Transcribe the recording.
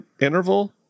interval